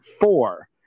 Four